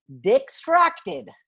distracted